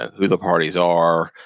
who the parties are,